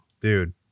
dude